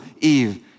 Eve